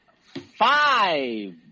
five